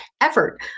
effort